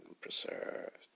preserved